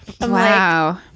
Wow